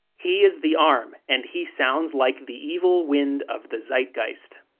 he is the arm, and he sounds like the evil wind of the zeitgeist.